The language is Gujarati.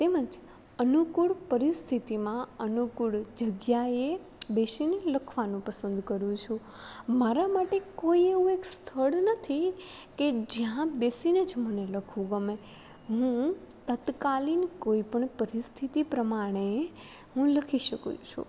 તેમજ અનુકૂળ પરિસ્થિતિમાં અનુકૂળ જગ્યાએ બેસીને લખવાનું પસંદ કરું છું મારા માટે કોઈ એવું એક સ્થળ નથી કે જ્યાં બેસીને જ મને લખવું ગમે હું તત્કાલીન કોઈ પણ પરિસ્થિતિ પ્રમાણે હું લખી શકું છું